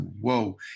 whoa